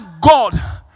God